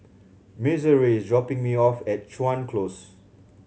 Missouri is dropping me off at Chuan Close